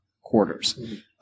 quarters